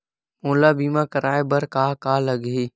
मोला बीमा कराये बर का का लगही?